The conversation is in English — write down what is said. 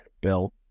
Bill